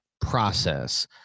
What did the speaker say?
process